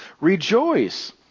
Rejoice